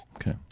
Okay